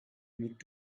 mit